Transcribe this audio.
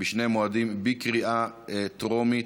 בשני מועדים), בקריאה טרומית.